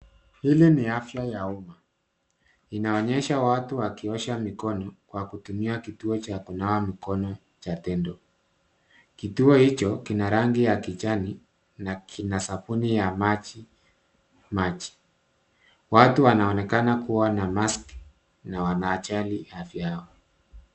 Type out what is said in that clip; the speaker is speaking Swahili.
Hili ni afya ya umma. Inaonyesha watu wakiosha mikono kwa kutumia kituo cha kunawa mikono cha tendo. Kituo hicho kina rangi ya kijani na kina sabuni ya maji maji. Watu wanaonekana kuwa na mask na wanajali afya yao.